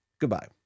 Goodbye